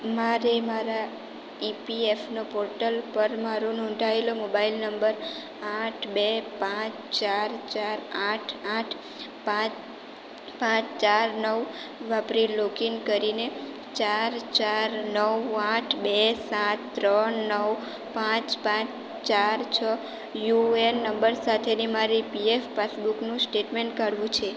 મારે મારા ઇપીએફનો પોર્ટલ પર મારો નોંધાએલો મોબાઈલ નંબર આઠ બે પાંચ ચાર ચાર આઠ આઠ પાંચ પાંચ ચાર નવ વાપરી લોગિન કરીને ચાર ચાર નવ આઠ બે સાત ત્રણ નવ પાંચ પાંચ ચાર છ યુએન નંબર સાથેની મારી પીએફ પાસબુકનું સ્ટેટમેન્ટ કાઢવું છે